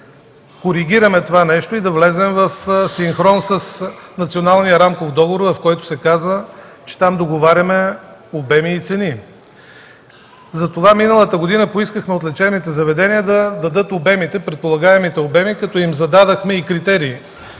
да коригираме това нещо и да влезем в синхрон с Националния рамков договор, в който се казва, че там договаряме обеми и цени. Миналата година поискахме от лечебните заведения да дадат предполагаемите обеми, като им зададохме и критерии